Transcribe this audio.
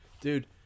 Dude